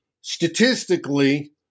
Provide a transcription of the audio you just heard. Statistically